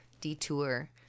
detour